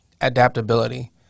adaptability